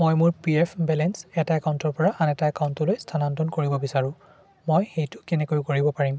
মই মোৰ P F balance এটা একাউণ্টৰপৰা আন এটা একাউণ্টলৈ স্থানান্তৰণ কৰিব বিচাৰোঁ মই সেইটো কেনেকৈ কৰিব পাৰিম